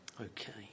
Okay